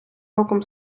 роком